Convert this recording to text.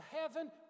heaven